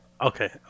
Okay